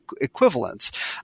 equivalents